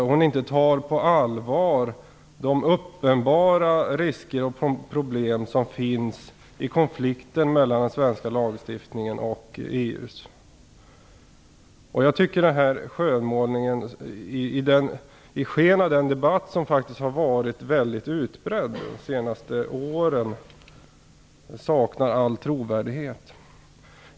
Jag tycker inte att hon tar på allvar de uppenbara risker och problem som finns i konflikten mellan den svenska lagstiftningen och EU:s. I sken av den debatt som varit mycket utbredd under de senaste åren tycker jag att den här skönmålningen saknar all trovärdighet.